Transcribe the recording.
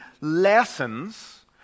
lessons